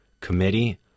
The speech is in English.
Committee